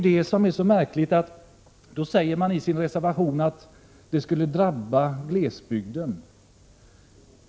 Det märkliga är att centern säger i sin reservation att detta skulle drabba glesbygden.